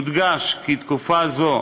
יודגש כי תקופה זו